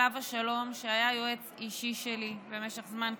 עליו השלום, שהיה יועץ אישי שלי במשך זמן קצר,